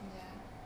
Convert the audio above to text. ya